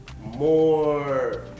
more